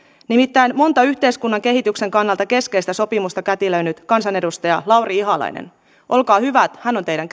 nimittäin monta yhteiskunnan kehityksen kannalta keskeistä sopimusta kätilöinyt kansanedustaja lauri ihalainen olkaa hyvät hän on teidän